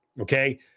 Okay